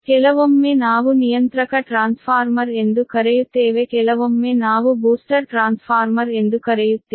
ಕೆಲವೊಮ್ಮೆ ನಾವು ನಿಯಂತ್ರಕ ಟ್ರಾನ್ಸ್ಫಾರ್ಮರ್ ಎಂದು ಕರೆಯುತ್ತೇವೆ ಕೆಲವೊಮ್ಮೆ ನಾವು ಬೂಸ್ಟರ್ ಟ್ರಾನ್ಸ್ಫಾರ್ಮರ್ ಎಂದು ಕರೆಯುತ್ತೇವೆ